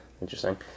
interesting